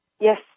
Yes